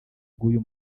bw’uyu